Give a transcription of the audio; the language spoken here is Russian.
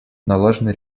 налажены